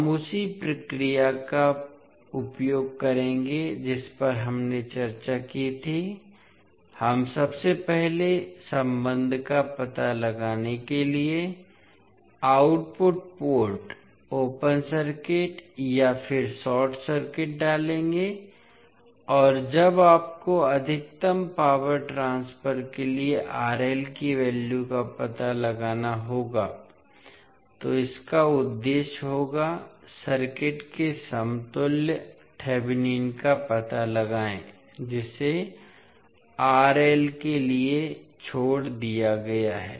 हम उसी प्रक्रिया का उपयोग करेंगे जिस पर हमने चर्चा की थी हम सबसे पहले सम्बन्ध का पता लगाने के लिए आउटपुट पोर्ट ओपन सर्किट और फिर शॉर्ट सर्किट डालेंगे और जब आपको अधिकतम पावर ट्रांसफर के लिए की वैल्यू का पता लगाना होगा तो इसका उद्देश्य होगा सर्किट के समतुल्य थेवेनिन का पता लगाएं जिसे के लिए छोड़ दिया गया है